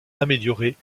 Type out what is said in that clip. améliorée